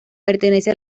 pertenece